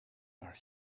are